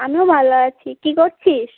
আমিও ভালো আছি কী করছিস